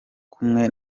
kumwe